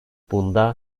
bunda